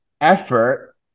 effort